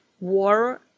war